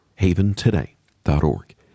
Haventoday.org